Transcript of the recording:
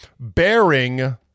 bearing